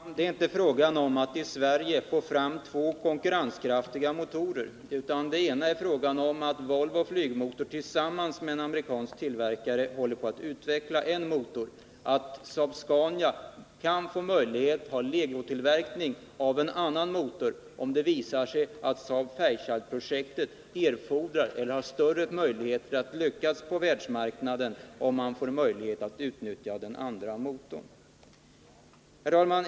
Herr talman! Det är inte fråga om att i Sverige få fram två konkurrenskraftiga motorer, utan det är fråga om dels att Volvo Flygmotor tillsammans med en amerikansk tillverkare håller på att utveckla en motor, dels att Saab-Scania kan få möjlighet till legotillverkning av en annan motor, om det visar sig att Fairchildprojektet erfordrar det eller har större möjligheter att lyckas på världsmarknaden om man får tillfälle att utnyttja den andra motorn. Herr talman!